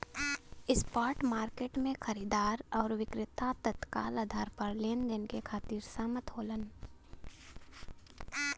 spot market में खरीदार आउर विक्रेता तत्काल आधार पर लेनदेन के खातिर सहमत होलन